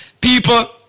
people